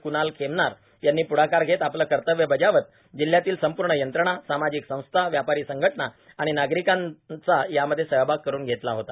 कृणाल खेमणार यांनी पृढाकार घेत आपले कर्तव्य बजावत जिल्ह्यातील संपूर्ण यंत्रणा सामाजिक संस्था व्यापारी संघटना आणि नागरिकांचा यामध्ये सहभाग करून घेतला होता